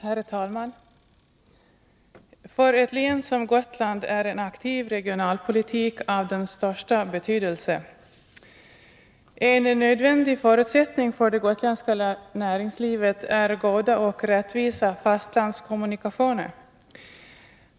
Herr talman! För ett län som Gotland är en aktiv regionalpolitik av den största betydelse. En nödvändig förutsättning för det gotländska näringslivet är goda och rättvisa fastlandskommunikationer.